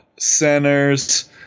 centers